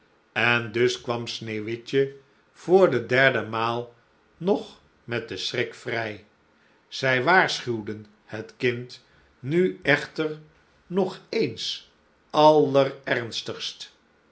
en dus kwam sneeuwwitje voor de derde maal nog met den schrik vrij zij waarschuwden het kind nu echter nog eens allerernstigst